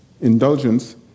indulgence